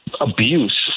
abuse